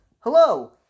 Hello